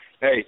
Hey